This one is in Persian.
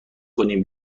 کنیم